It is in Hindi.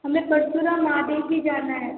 हमें परशुराम महादेव भी जाना है